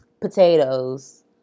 potatoes